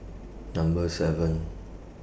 Number seven